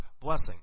blessing